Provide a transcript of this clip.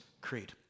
Creed